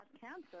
cancer